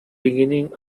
beginning